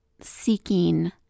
seeking